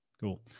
Cool